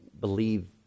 believe